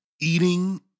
eating